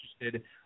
interested